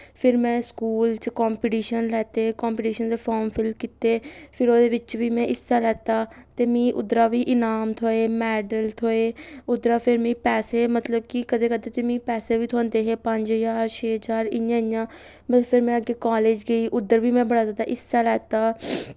फिर में स्कूल च कंपीटीशन लैते कंपीटीशन दे फार्म फिल्ल कीते फिर ओह्दे बिच्च बी में हिस्सा लैता ते मी उद्धरा बी इनाम थ्होए मैडल थ्होए उद्धरा फिर मी पैसे मतलब कि कदें कदें ते मी पैसे बी थ्होंदे हे पंज हजार छे हजार इ'यां इ'यां मतलब फिर में अग्गें कालज गेई उद्धर बी में बड़ा जैदा हिस्सा लैत्ता